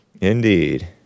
Indeed